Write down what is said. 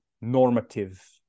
normative